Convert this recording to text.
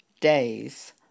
days